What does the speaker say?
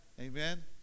Amen